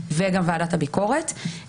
וגם ועדת הביקורת.